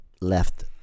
left